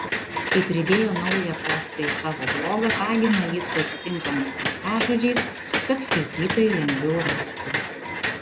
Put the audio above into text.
kai pridėjo naują postą į savo blogą tagino jį su atitinkamais raktažodžiais kad skaitytojai lengviau rastų